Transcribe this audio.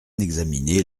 examiner